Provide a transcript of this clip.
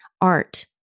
art